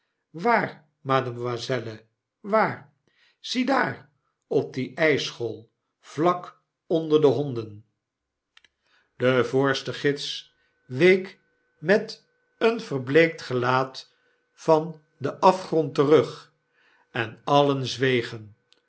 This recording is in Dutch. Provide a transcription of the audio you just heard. waar b zie daar op die fisschol vlak onder de honden geen uitweg de voorste gids week met een verbleekt gelaat van den afgrond terug en alien zwegen